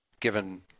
given